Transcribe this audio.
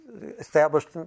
established